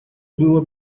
было